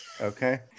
Okay